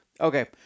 Okay